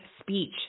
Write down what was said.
Speech